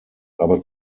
aber